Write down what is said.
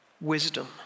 Wisdom